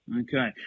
Okay